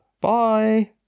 Bye